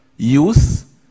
youth